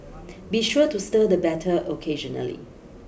be sure to stir the batter occasionally